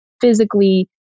physically